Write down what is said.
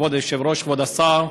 כבוד היושב-ראש, כבוד השר,